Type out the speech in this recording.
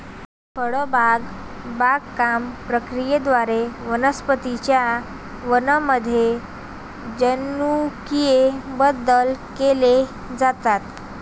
फळबाग बागकाम प्रक्रियेद्वारे वनस्पतीं च्या वाणांमध्ये जनुकीय बदल केले जातात